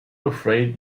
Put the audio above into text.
afraid